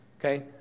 okay